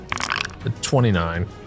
29